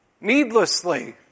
needlessly